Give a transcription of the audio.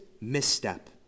misstep